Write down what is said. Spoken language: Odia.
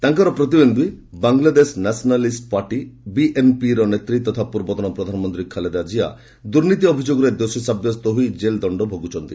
ତାଙ୍କର ପ୍ରତିଦ୍ୱନ୍ଦ୍ୱୀ ବଂଲାଦେଶ ନ୍ୟାସନାଲିଷ୍ ପାର୍ଟି ବିଏମ୍ପିର ନେତ୍ରୀ ତଥା ପୂର୍ବତନ ପ୍ରଧାନମନ୍ତ୍ରୀ ଖଲିଦା ଜିଆ ଦୁର୍ନୀତି ଅଭିଯୋଗରେ ଦୋଷୀ ସାବ୍ୟସ୍ତ ହୋଇ ଜେଲ୍ଦଣ୍ଡ ଭୋଗୁଛନ୍ତି